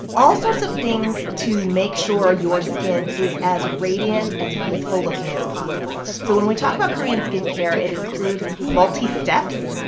all sorts of things to make sure your skin is as radiant and youthful-looking as possible. so when we talk about korean skin care, it includes multisteps,